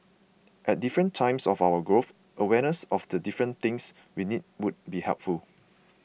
at different times of our growth awareness of the different things we need would be helpful